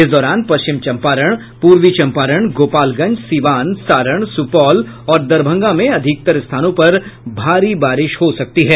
इस दौरान पश्चिम चंपारण पूर्वी चंपारण गोपालगंज सीवान सारण सुपौल और दरभंगा में अधिकतर स्थानों पर भारी बारिश हो सकती है